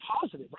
positive